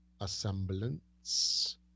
Assemblance